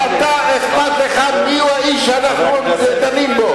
כי אתה אחד-אחד, מי הוא האיש שאנחנו דנים בו.